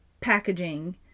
packaging